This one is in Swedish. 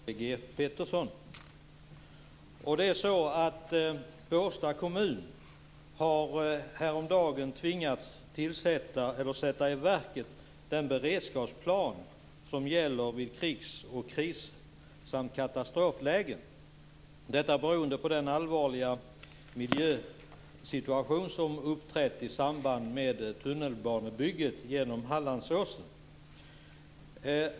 Herr talman! Jag har en fråga som jag i dagens situation ber att få ställa till statsrådet Thage G Peterson. Båstads kommun har häromdagen tvingats sätta i verket den beredskapsplan som gäller vid krigs-, krisoch katastroflägen, detta beroende på den allvarliga miljösituation som uppträtt i samband med tunnelbygget genom Hallandsåsen.